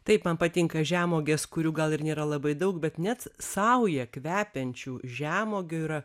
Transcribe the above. taip man patinka žemuogės kurių gal ir nėra labai daug bet net saują kvepiančių žemuogių yra